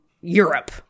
Europe